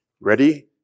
Ready